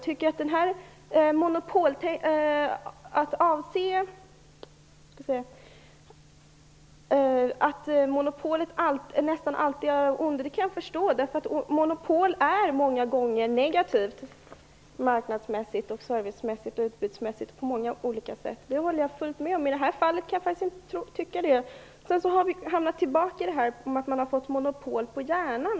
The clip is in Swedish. Tanken att monopol nästan alltid är av ondo kan jag förstå, eftersom sådana många gånger är negativa marknadsmässigt, servicemässigt och utbudsmässigt, men i det här fallet tycker jag inte att så är fallet. Det verkar som man återigen har fått frågan om monopol på hjärnan.